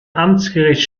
amtsgericht